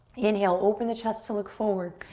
inhale, open the chest to look forward.